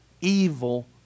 evil